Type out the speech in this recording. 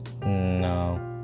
No